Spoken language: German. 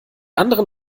anderen